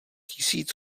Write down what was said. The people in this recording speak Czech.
tisíc